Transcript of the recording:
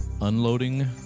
Unloading